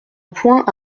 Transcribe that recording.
point